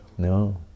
No